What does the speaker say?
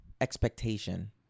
expectation